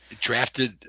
Drafted